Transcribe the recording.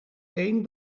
één